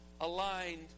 aligned